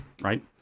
right